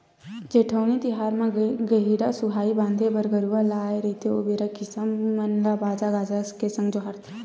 जेठउनी तिहार म गहिरा सुहाई बांधे बर गरूवा ल आय रहिथे ओ बेरा किसान मन ल बाजा गाजा के संग जोहारथे